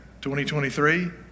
2023